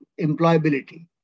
employability